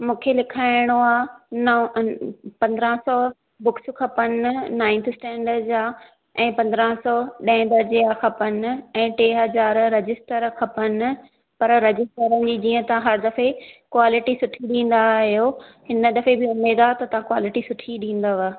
मूंखे लिखाइणो आहे न पंद्रहां सौ बुक्स खपेनि नाईन्थ स्टेंडर जा ऐं पंद्रहां सौ ॾहें दर्जे जा खपेनि ऐं टे हज़ार रजिस्टर खपेनि पर रजिस्टरनि जी जीअं तव्हां हर दफ़े कॉलीटी सुठी ॾींदा आहियो हिन दफ़े बि उमेद आहे त तव्हां कॉलीटी सुठी ॾींदव